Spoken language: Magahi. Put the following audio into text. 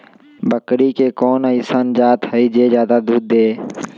बकरी के कोन अइसन जात हई जे जादे दूध दे?